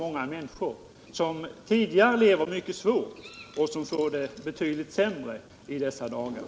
Många människor som redan tidigare haft det mycket svårt får det betydligt sämre i dessa dagar.